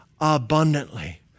abundantly